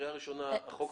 שלקריאה ראשונה החוק מוכן.